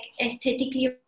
aesthetically